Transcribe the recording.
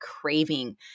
craving